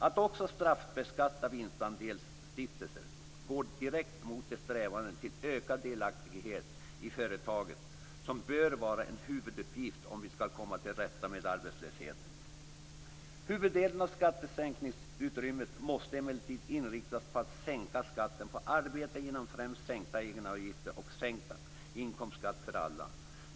Att också straffbeskatta vinstandelsstiftelser går direkt mot de strävanden till ökad delaktighet i företaget som bör vara en huvuduppgift om vi skall komma till rätta med arbetslösheten. Huvuddelen av skattesänkningsutrymmet måste emellertid inriktas på att sänka skatten på arbete genom främst sänkta egenavgifter och sänkt inkomstskatt för alla.